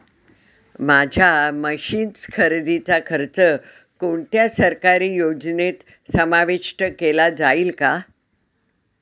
माझ्या मशीन्स खरेदीचा खर्च कोणत्या सरकारी योजनेत समाविष्ट केला जाईल का?